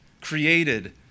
created